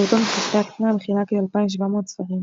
פעוטון וספרייה קטנה המכילה כ-2,700 ספרים.